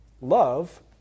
love